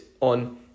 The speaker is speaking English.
on